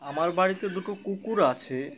আমার বাড়িতে দুটো কুকুর আছে